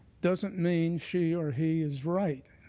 doesn't mean she or he is right.